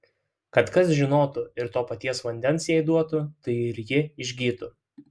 kad kas žinotų ir to paties vandens jai duotų tai ir ji išgytų